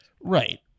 Right